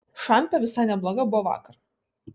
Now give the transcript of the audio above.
šampė visai nebloga buvo vakar